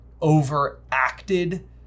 overacted